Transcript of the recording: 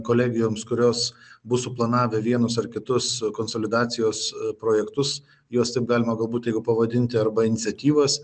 kolegijoms kurios bus suplanavę vienus ar kitus konsolidacijos projektus juos taip galima galbūt taip pavadinti arba iniciatyvas